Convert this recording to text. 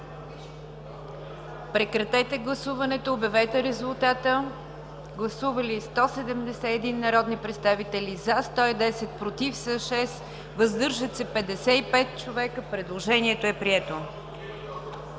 Прекратете гласуването и обявете резултата. Гласували 120 народни представители: за 43, против 66, въздържали се 11. Предложението не е прието.